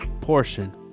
portion